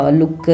look